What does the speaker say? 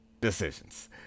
decisions